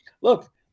Look